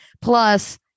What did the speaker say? Plus